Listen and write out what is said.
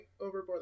overboard